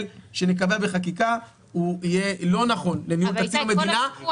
שנקבל בחקיקה הוא יהיה לא נכון לניהול תקציב המדינה,